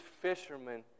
fishermen